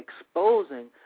exposing